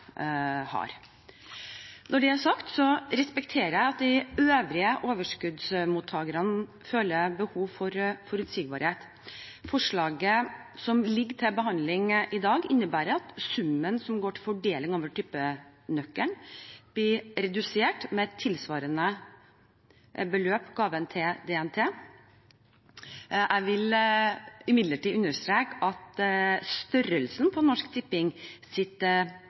har. Når det er sagt, så respekterer jeg at de øvrige overskuddsmottagerne føler behov for forutsigbarhet. Forslaget som ligger til behandling i dag, innebærer at summen som går til fordeling over tippenøkkelen, blir redusert med beløp tilsvarende gaven til DNT. Jeg vil imidlertid understreke at størrelsen på Norsk